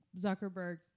Zuckerberg